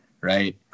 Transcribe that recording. right